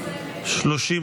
לא נתקבלה.